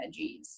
veggies